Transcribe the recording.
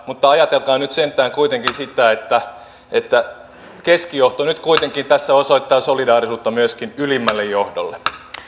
mutta ajatelkaa nyt sentään kuitenkin sitä että että keskijohto nyt kuitenkin tässä osoittaa solidaarisuutta myöskin ylimmälle johdolle